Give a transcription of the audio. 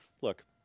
look